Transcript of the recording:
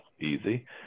easy